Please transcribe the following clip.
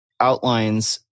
outlines